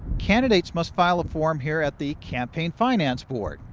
candidates must file a form here at the campaign finance board.